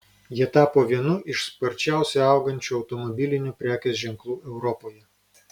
jie tapo vienu iš sparčiausiai augančių automobilinių prekės ženklų europoje